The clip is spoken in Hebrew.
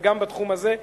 וגם בתחום הזה.